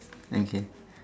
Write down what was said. okay